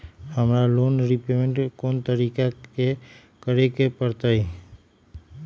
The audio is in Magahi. हमरा लोन रीपेमेंट कोन तारीख के करे के परतई?